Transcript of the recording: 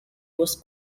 was